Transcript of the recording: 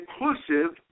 inclusive